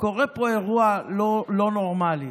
קורה פה אירוע לא נורמלי: